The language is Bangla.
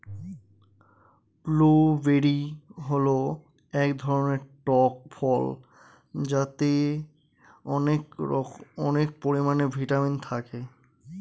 ব্লুবেরি হল এক ধরনের টক ফল যাতে অনেক পরিমানে ভিটামিন থাকে